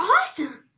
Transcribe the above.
awesome